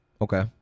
Okay